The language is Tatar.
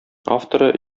авторы